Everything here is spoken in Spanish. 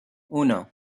uno